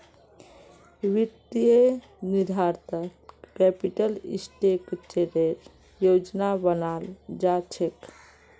वित्तीय निर्धारणत कैपिटल स्ट्रक्चरेर योजना बनाल जा छेक